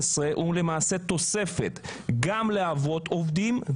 את המענק יקבלו באמצע השנה.